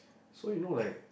so you know like